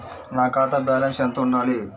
నా ఖాతా బ్యాలెన్స్ ఎంత ఉండాలి?